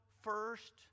first